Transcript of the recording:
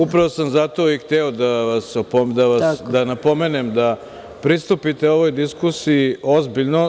Upravo sam zato i hteo da napomenem da pristupite ovoj diskusiji ozbiljno.